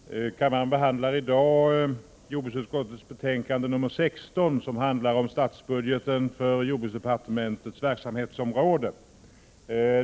Herr talman! Kammaren behandlar i dag jordbruksutskottets betänkande nr 16, som handlar om statsbudgeten för jordbruksdepartementets verksamhetsområde.